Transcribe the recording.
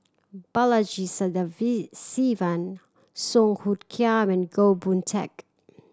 Balaji Song Hoot Kiam and Goh Boon Teck